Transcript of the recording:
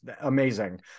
amazing